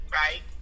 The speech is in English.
right